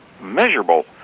measurable